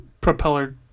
propeller